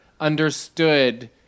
understood